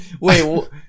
wait